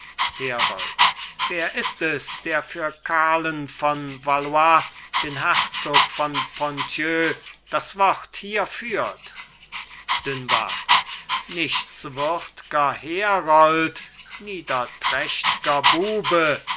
herold wer ist es der für karln von valois den grafen von ponthieu das wort hier führt dunois nichtswürdger herold niederträchtger bube